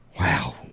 Wow